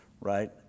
right